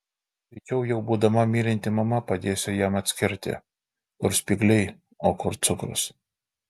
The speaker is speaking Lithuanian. greičiau jau būdama mylinti mama padėsiu jam atskirti kur spygliai o kur cukrus